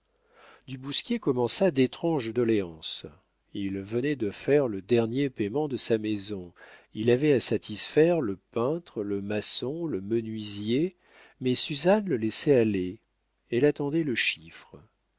du bousquier commença d'étranges doléances il venait de faire le dernier payement de sa maison il avait à satisfaire le peintre le maçon le menuisier mais suzanne le laissait aller elle attendait le chiffre